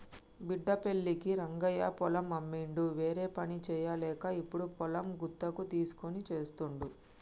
బిడ్డ పెళ్ళికి రంగయ్య పొలం అమ్మిండు వేరేపని చేయలేక ఇప్పుడు పొలం గుత్తకు తీస్కొని చేస్తుండు